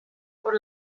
por